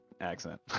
accent